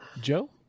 Joe